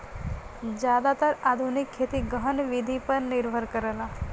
जादातर आधुनिक खेती गहन विधि पर निर्भर करला